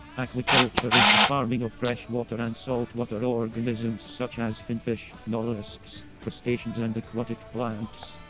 aquaculture is the farming of freshwater and saltwater organisms such as finfish, mollusks, crustaceans and aquatic plants.